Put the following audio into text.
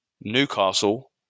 Newcastle